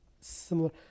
similar